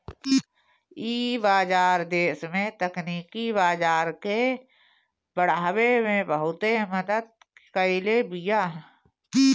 इ बाजार देस में तकनीकी बाजार के बढ़ावे में बहुते मदद कईले बिया